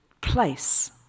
place